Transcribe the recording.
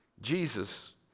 Jesus